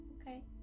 Okay